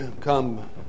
come